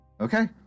okay